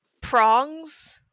prongs